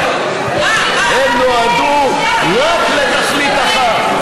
נועדו רק לתכלית אחת,